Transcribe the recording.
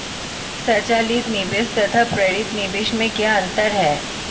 स्वचालित निवेश तथा प्रेरित निवेश में क्या अंतर है?